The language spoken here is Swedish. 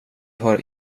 har